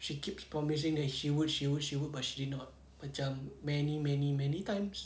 she keeps promising that she would she would she would but she did not macam many many many times